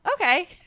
okay